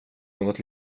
något